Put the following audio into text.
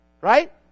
Right